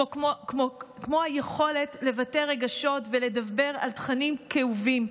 כמו היכולת לבטא רגשות ולדבר על תכנים כאובים,